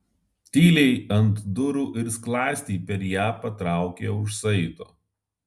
tyliai ant durų ir skląstį per ją patraukė už saito